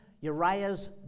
Uriah's